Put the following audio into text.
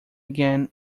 again